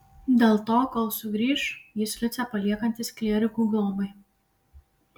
dėl to kol sugrįš jis liucę paliekantis klierikų globai